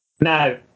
Now